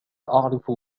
أعرف